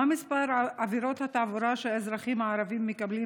1. מה מספר עבירות התעבורה שהאזרחים הערבים מקבלים